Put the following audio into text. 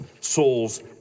souls